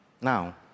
now